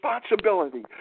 responsibility